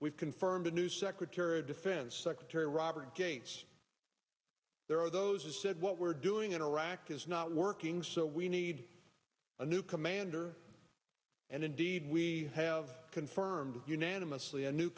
we've confirmed a new secretary of defense secretary robert gates there are those who said what we're doing in iraq is not working so we need a new commander and indeed we have confirmed unanimously a new